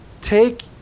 take